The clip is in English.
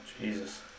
Jesus